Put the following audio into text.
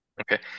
Okay